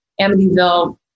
Amityville